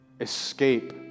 escape